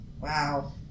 Wow